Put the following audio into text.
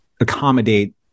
accommodate